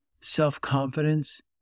self-confidence